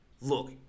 look